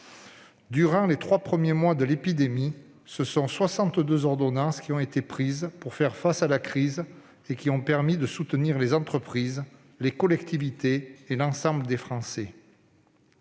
Durant les trois premiers mois de l'épidémie, soixante-deux ordonnances ont été prises pour faire face à la crise et ont permis de soutenir les entreprises, les collectivités et l'ensemble des Français.